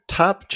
top